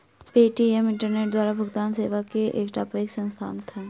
Paytm internet द्वारा भुगतान सेवा के एकटा पैघ संस्थान अछि